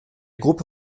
gruppe